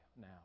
now